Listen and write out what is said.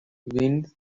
wins